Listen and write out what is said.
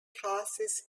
classes